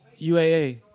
UAA